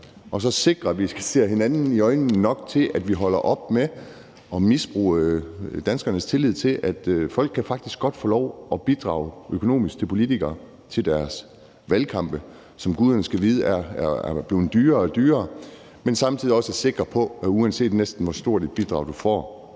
og så sikre, at vi ser hinanden nok i øjnene til, at vi holder op med at misbruge danskernes tillid, altså siger, at folk faktisk godt kan få lov at bidrage økonomisk til politikere, til deres valgkampe, som guderne skal vide er blevet dyrere og dyrere, men samtidig også sikre, at næsten uanset hvor stort et bidrag du får,